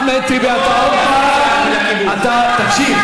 אחמד טיבי, אתה עוד פעם, לא היה